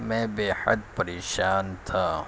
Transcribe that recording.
میں بیحد پریشان تھا